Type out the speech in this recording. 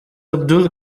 abdul